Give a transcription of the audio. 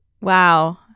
Wow